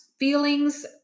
Feelings